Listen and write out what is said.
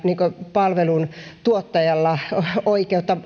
palveluntuottajalla oikeutta